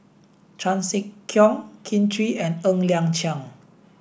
Chan Sek Keong Kin Chui and Ng Liang Chiang